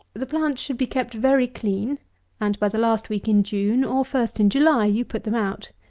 the plants should be kept very clean and, by the last week in june, or first in july, you put them out.